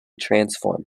transform